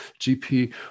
GP